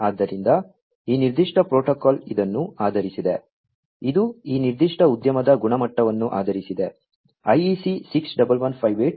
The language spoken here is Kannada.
ಆದ್ದರಿಂದ ಈ ನಿರ್ದಿಷ್ಟ ಪ್ರೋಟೋಕಾಲ್ ಇದನ್ನು ಆಧರಿಸಿದೆ ಇದು ಈ ನಿರ್ದಿಷ್ಟ ಉದ್ಯಮದ ಗುಣಮಟ್ಟವನ್ನು ಆಧರಿಸಿದೆ IEC 61158